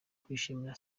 kwishimira